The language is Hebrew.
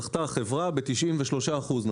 זכתה חברה ב-98 אחוזים.